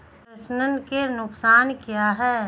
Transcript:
प्रेषण के नुकसान क्या हैं?